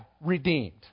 redeemed